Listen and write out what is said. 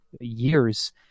years